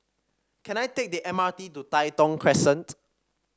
can I take the M R T to Tai Thong Crescent